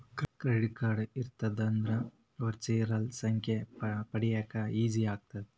Credit card ಇತ್ತಂದ್ರ virtual ಸಂಖ್ಯೆ ಪಡ್ಯಾಕ ಈಜಿ ಆಗತ್ತ?